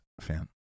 fan